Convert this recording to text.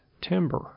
timber